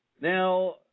Now